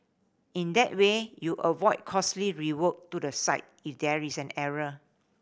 in that way you avoid costly rework to the site if there is an error